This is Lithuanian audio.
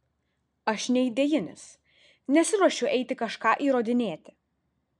aš neidėjinis nesiruošiu eiti kažką įrodinėti